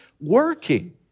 working